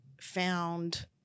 found